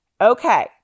Okay